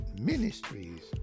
Ministries